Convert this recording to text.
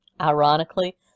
Ironically